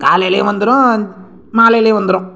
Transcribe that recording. காலையிலையும் வந்துடும் மாலையிலையும் வந்துடும்